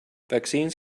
vaccines